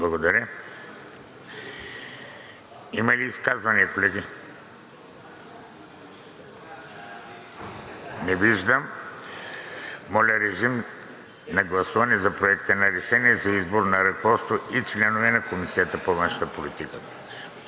Благодаря. Има ли изказвания, колеги? Не виждам. Моля, режим на гласуване за Проекта на решение за избор на ръководство и членове на Комисията по външна политика.